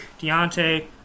Deontay